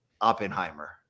Oppenheimer